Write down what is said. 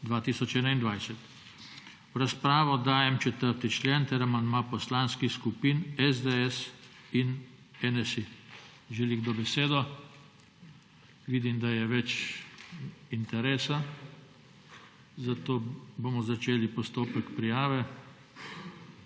V razpravo dajem 4. člen ter amandma poslanskih skupin SDS in NSi. Želi kdo besedo? Vidim, da je več interesa, zato bomo začeli postopek prijave.